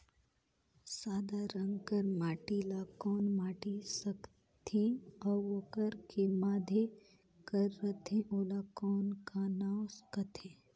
सादा रंग कर माटी ला कौन माटी सकथे अउ ओकर के माधे कर रथे ओला कौन का नाव काथे?